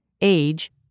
Age